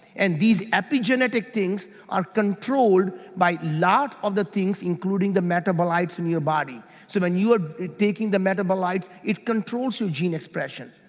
and these epigenetic things are controlled by lot of the things including the metabolic in your body so when you are taking the metabolites, it controls your gene expression.